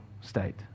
state